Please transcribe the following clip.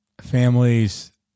families